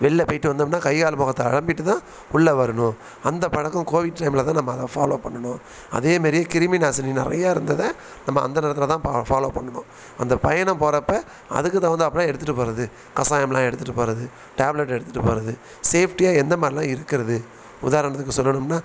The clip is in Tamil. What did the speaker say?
வெளில போய்கிட்டு வந்தம்னால் கை கால் முகத்த அலம்பிவிட்டு தான் உள்ளே வரணும் அந்த பழக்கம் கோவிட் டைமில் தான் நம்ம அதை ஃபாலோவ் பண்ணின்னோம் அதே மாரி கிருமி நாசினி நிறையா இருந்ததை நம்ம அந்த நேரத்தில் தான் பா ஃபாலோவ் பண்ணின்னோம் அந்த பயணம் போகிறப்ப அதுக்கு தகுந்தாப்பில் எடுத்துகிட்டு போகிறது கசாயமெலாம் எடுத்துகிட்டு போகிறது டேப்லெட் எடுத்துகிட்டு போகிறது சேஃப்ட்டியாக எந்த மாதிரிலாம் இருக்கிறது உதாரணத்துக்கு சொல்லணும்னால்